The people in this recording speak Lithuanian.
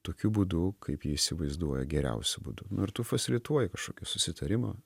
tokiu būdu kaip jį įsivaizduoja geriausiu būdu nu ir tu fasilituoji kažkokį susitarimą